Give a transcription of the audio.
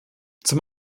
zum